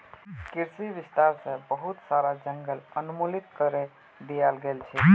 कृषि विस्तार स बहुत सारा जंगल उन्मूलित करे दयाल गेल छेक